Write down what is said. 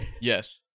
yes